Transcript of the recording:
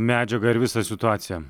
medžiagą ir visą situaciją